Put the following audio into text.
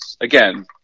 again